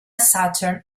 southern